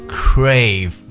crave